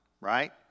right